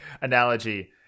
analogy